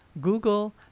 Google